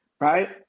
right